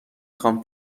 خوام